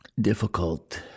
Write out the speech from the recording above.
difficult